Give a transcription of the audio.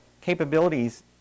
capabilities